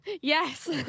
Yes